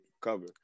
cover